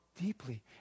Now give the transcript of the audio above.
deeply